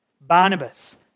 Barnabas